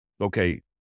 okay